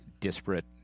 disparate